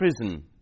prison